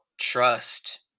trust